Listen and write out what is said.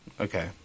Okay